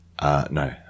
no